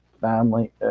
family